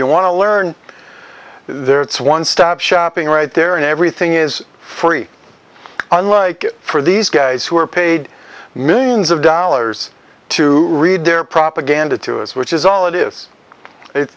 you want to learn there it's one stop shopping right there and everything is free unlike for these guys who are paid millions of dollars to read their propaganda to us which is all it is it